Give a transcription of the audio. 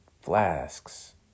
flasks